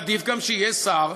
ועדיף גם שיהיה שר,